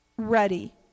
Ready